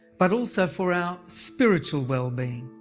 but also for our spiritual wellbeing.